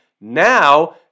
Now